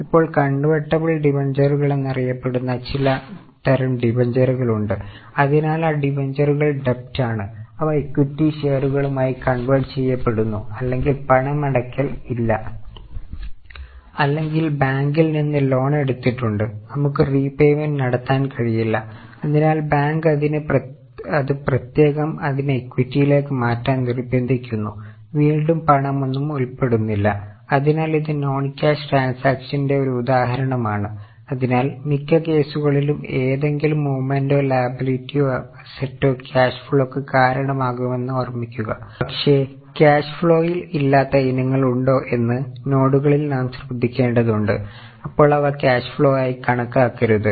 ഇപ്പോൾ കൺവെർട്ടബിൾ ഡിബഞ്ചറുകൾ നാം ശ്രദ്ധിക്കേണ്ടതുണ്ട് അപ്പോൾ അവ ക്യാഷ് ഫ്ലോ ആയി കണക്കാക്കരുത്